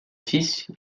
fils